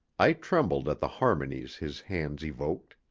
i trembled at the harmonies his hands evoked.